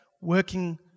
working